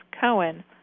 Cohen